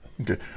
okay